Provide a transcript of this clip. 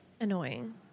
Annoying